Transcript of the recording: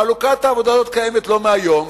חלוקת עבודה כזאת קיימת לא מהיום,